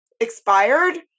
expired